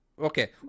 Okay